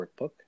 Workbook